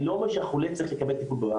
אני לא אומר שהחולה צריך לקבל ברמב"ם,